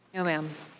no ma'am.